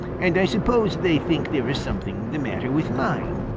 and i suppose they think there is something the matter with mine.